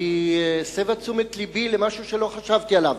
והיא הסבה את תשומת לבי למשהו שלא חשבתי עליו.